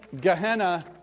Gehenna